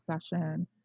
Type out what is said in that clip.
session